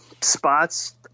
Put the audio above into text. spots